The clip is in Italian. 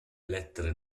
lettere